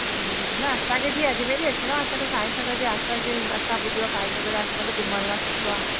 न असांखे जीअं अजमेर ई अचिणो आहे असांखे फाइव सागर जे आस पास ई असां ॿुधियो आहे फाए सागर जे आसे पासे घुमणु लाइ सुठो आहे